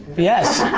but yes!